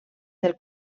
del